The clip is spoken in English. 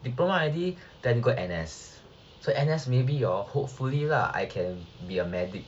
diploma already then go N_S so maybe hor hopefully lah I can be a medic